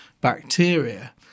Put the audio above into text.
bacteria